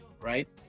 Right